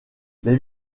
les